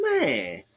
man